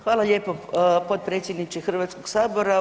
Hvala lijepo potpredsjedniče Hrvatskog sabora.